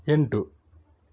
ಎಂಟು